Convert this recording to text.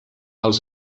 els